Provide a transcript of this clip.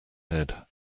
head